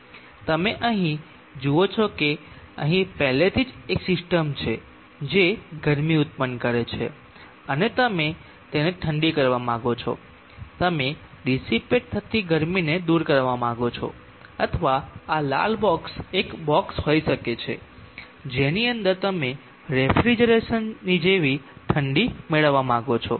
તમે અહીં જુઓ છો કે અહીં પહેલેથી જ એક સિસ્ટમ છે જે ગરમી ઉત્પન્ન કરે છે અને તમે તેને ઠંડી કરવા માંગો છો તમે ડીસીપેટ થતી ગરમીને દૂર કરવા માંગો છો અથવા આ લાલ બોક્સ એક બોક્સ હોઈ શકે છે જેની અંદર તમે રેફ્રિજરેશન ની જેવી ઠંડી મેળવવવા માંગો છો